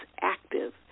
active